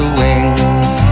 wings